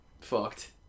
fucked